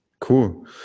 Cool